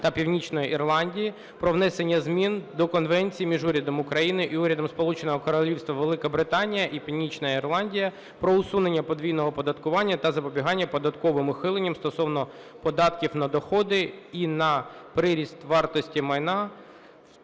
та Північної Ірландії про внесення змін до Конвенції між Урядом України і Урядом Сполученого Королівства Великобританії і Північної Ірландії про усунення подвійного оподаткування та запобігання податковим ухиленням стосовно податків на доходи і на приріст вартості майна,